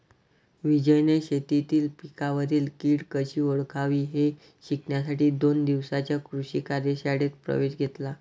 विजयने शेतीतील पिकांवरील कीड कशी ओळखावी हे शिकण्यासाठी दोन दिवसांच्या कृषी कार्यशाळेत प्रवेश घेतला